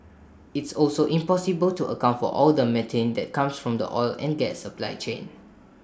it's also impossible to account for all the methane that comes from the oil and gas supply chain